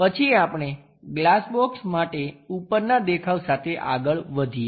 પછી આપણે glass box માટે ઉપરનાં દેખાવ સાથે આગળ વધીએ